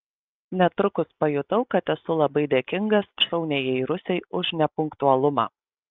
netrukus pajutau kad esu labai dėkingas šauniajai rusei už nepunktualumą